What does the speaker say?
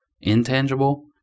intangible